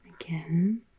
Again